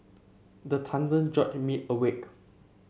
the thunder jolt me awake